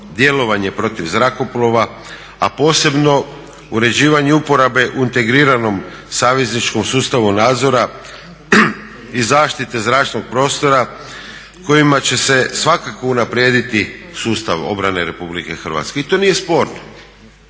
djelovanje protiv zrakoplova, a posebno uređivanje uporabe u integriranom savezničkom sustavu nadzora i zaštite zračnog prostora kojima će se svakako unaprijediti sustav obrane RH i to nije sporno